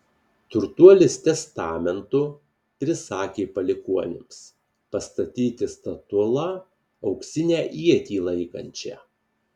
turtuolis testamentu prisakė palikuonims pastatyti statulą auksinę ietį laikančią